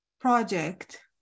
project